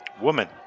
Woman